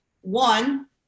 one